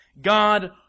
God